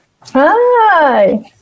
Hi